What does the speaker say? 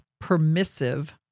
permissive